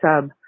sub